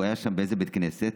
הוא היה שם בבית כנסת,